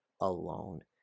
alone